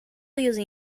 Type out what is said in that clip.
using